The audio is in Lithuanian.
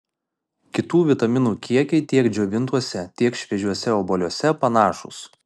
kitų vitaminų kiekiai tiek džiovintuose tiek šviežiuose obuoliuose panašūs